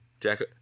Jack